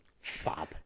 fab